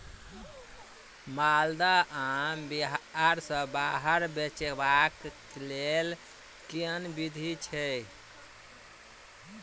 माल्दह आम बिहार सऽ बाहर बेचबाक केँ लेल केँ विधि छैय?